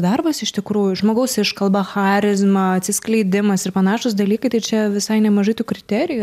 darbas iš tikrųjų žmogaus iškalba charizma atsiskleidimas ir panašūs dalykai tai čia visai nemažai tų kriterijų